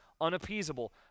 unappeasable